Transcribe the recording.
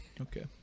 Okay